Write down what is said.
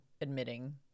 admitting